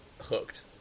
hooked